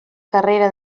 carrera